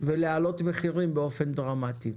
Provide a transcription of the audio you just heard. ולהעלות מחירים באופן דרמטי.